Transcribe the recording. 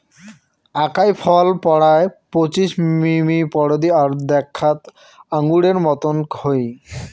আকাই ফল পরায় পঁচিশ মিমি পরিধি আর দ্যাখ্যাত আঙুরের মতন হই